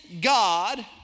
God